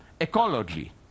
ecology